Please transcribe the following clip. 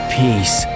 peace